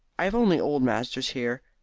i have only old masters here.